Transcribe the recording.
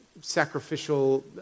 Sacrificial